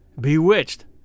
bewitched